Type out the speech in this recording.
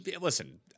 listen